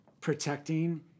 protecting